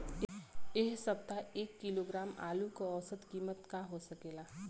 एह सप्ताह एक किलोग्राम आलू क औसत कीमत का हो सकेला?